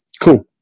cool